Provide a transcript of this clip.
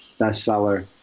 bestseller